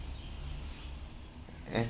eh